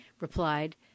replied